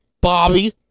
Bobby